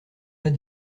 pas